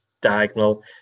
diagonal